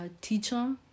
teacher